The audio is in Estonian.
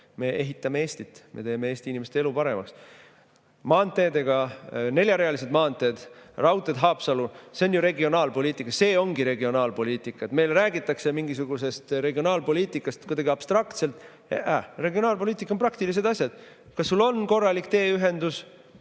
me ehitame Eestit, me teeme Eesti inimeste elu paremaks. Maanteed, neljarealised maanteed, raudtee Haapsallu – see on regionaalpoliitika. See ongi regionaalpoliitika! Meile räägitakse mingisugusest regionaalpoliitikast kuidagi abstraktselt. Mkm, regionaalpoliitika on praktilised asjad. Kas sul on korralik teeühendus